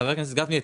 חבר הכנסת גפני,